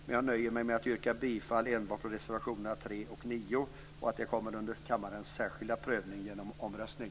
Men jag nöjer mig med att yrka att enbart reservationerna 3 och 9 kommer under kammarens särskilda prövning genom omröstning.